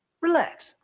relax